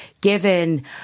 given